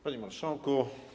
Panie Marszałku!